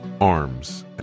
arms